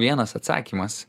vienas atsakymas